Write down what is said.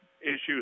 issues